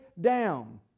down